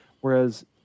whereas